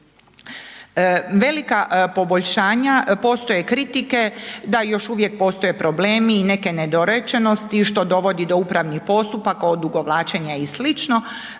Velika poboljšanja postoje kritike da još uvijek postoje problemi i neke nedorečenosti što dovodi do upravnih postupaka, odugovlačenja i